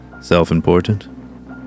Self-important